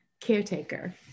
caretaker